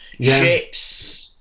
Ships